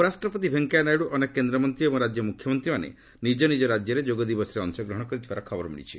ଉପରାଷ୍ଟ୍ରପତି ଭେଙ୍କୟା ନାଇଡ଼ ଅନେକ କେନ୍ଦ୍ରମନ୍ତ୍ରୀ ଏବଂ ରାଜ୍ୟ ମ୍ରଖ୍ୟମନ୍ତ୍ରୀମାନେ ନିଜ ନିଜ ରାଜ୍ୟରେ ଯୋଗ ଦିବସରେ ଅଂଶଗ୍ରହଣ କରିଥିବାର ଖବର ମିଳିଛି